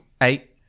Eight